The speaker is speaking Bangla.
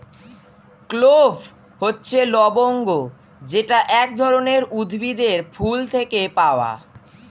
ক্লোভ হচ্ছে লবঙ্গ যেটা এক ধরনের উদ্ভিদের ফুল থেকে পাওয়া